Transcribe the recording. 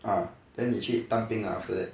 ah then 你去当兵 ah after that